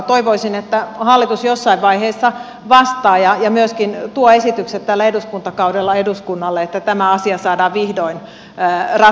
toivoisin että hallitus jossain vaiheessa vastaa ja myöskin tuo esitykset tällä eduskuntakaudella eduskunnalle että tämä asia saadaan vihdoin ratkaistua